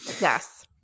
Yes